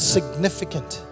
Significant